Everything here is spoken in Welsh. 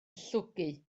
llwgu